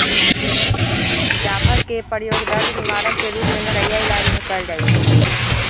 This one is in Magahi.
जाफर कें के प्रयोग दर्द निवारक के रूप में घरइया इलाज में कएल जाइ छइ